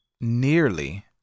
nearly